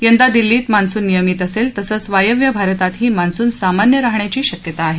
यंदा दिल्लीत मान्सून नियमित असेल तसंच वायव्य भारतातही मान्सून सामान्य राहण्याची शक्यता आहे